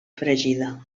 fregida